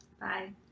Bye